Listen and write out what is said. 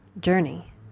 journey